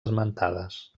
esmentades